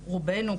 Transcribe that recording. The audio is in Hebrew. רובנו,